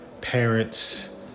parents